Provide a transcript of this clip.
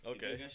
Okay